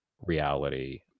reality